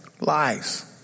Lies